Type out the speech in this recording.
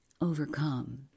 overcome